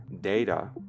data